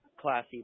classy